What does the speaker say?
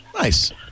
Nice